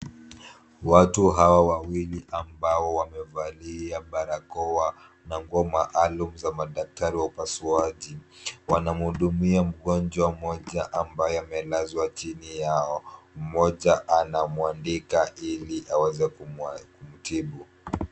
Watu hawa wawili ambao wamevalia barakoa na nguo maalumu za daktari wa upasuaji , wana mhudumia mgonjwa mmoja ambaye amelazwa chini yao , mmoja anamwandika ili aweze kumtibu.